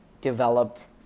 developed